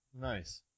Nice